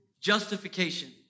justification